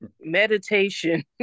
meditation